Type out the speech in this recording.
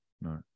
no